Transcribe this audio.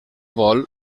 vol